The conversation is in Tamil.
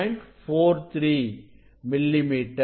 43 மில்லிமீட்டர்